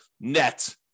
net